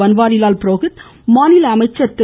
பன்வாரிலால் புரோஹித் மாநில அமைச்சர் திரு